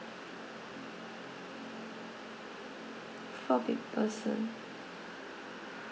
four peo~ person